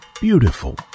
beautiful